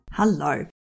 Hello